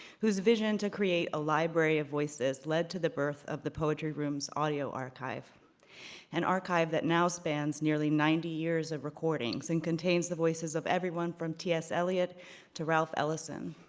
whose vision to create a library of voices led to the birth of the poetry room's audio archive an archive that now spans nearly ninety years of recordings and contains the voices of everyone from t s. eliot to ralph ellison,